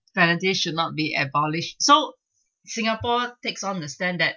penalty should not be abolished so singapore takes on the stand that